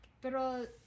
Pero